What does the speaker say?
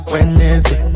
Wednesday